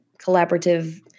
collaborative